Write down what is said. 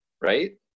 right